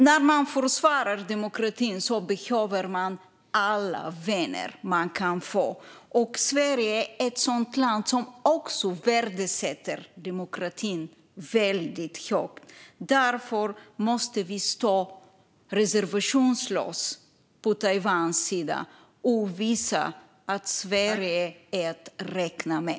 När man försvarar demokratin behöver man alla vänner man kan få. Sverige är ett land som också värdesätter demokrati väldigt högt. Därför måste vi i Sverige stå reservationslöst på Taiwans sida och visa att Sverige är att räkna med.